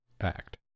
Act